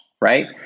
right